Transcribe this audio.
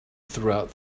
throughout